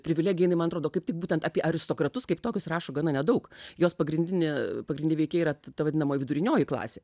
privilegija jinai man atrodo kaip tik būtent apie aristokratus kaip tokius rašo gana nedaug jos pagrindinė pagrindiniai veikėjai yra ta vadinama vidurinioji klasė